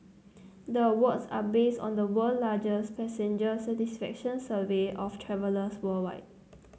the awards are based on the world largest passenger satisfaction survey of travellers worldwide